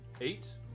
Eight